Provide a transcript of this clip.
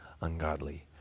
ungodly